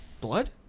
Blood